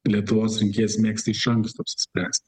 lietuvos rinkėjas mėgsta iš anksto apsispręsti